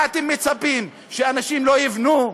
מה אתם מצפים, שאנשים לא יבנו?